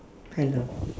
hello